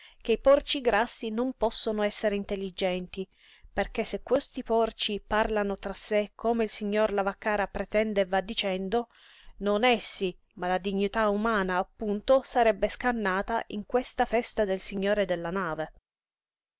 che i porci grassi non possono essere intelligenti perché se questi porci parlano tra sé come il signor lavaccara pretende e va dicendo non essi ma la dignità umana appunto sarebbe scannata in questa festa del signore della nave